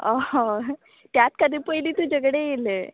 हय त्याच खातीर पयली तुजे कडेन येयलें